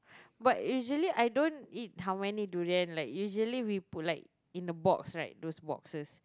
but usually I don't eat how many durian like usually we put like in a box right those boxes